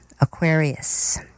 Aquarius